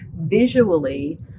visually